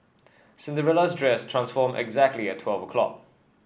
Cinderella's dress transformed exactly at twelve o'clock